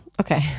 Okay